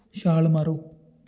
ਛਾਲ ਮਾਰੋ